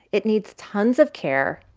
it needs tons of care,